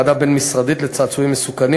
לוועדה בין-משרדית לצעצועים מסוכנים